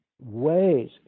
ways